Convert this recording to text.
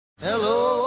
Hello